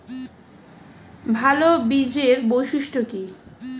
ভাল বীজের বৈশিষ্ট্য কী?